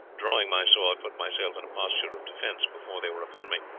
drawing my sword, put myself in a posture of defence before they were upon me.